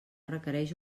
requereix